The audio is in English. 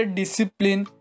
discipline